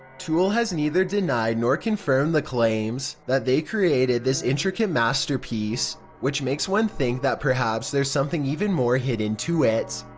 tool has neither denied nor confirmed the claims that they created this intricate masterpiece which makes one think that perhaps there's something even more hidden to it.